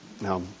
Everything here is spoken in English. Now